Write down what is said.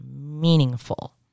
meaningful